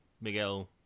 Miguel